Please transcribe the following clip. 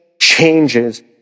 changes